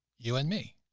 you and me,